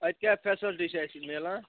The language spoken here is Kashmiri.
اَتہِ کیٛاہ فیسَلٹی چھِ اَسہِ میلان